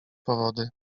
powody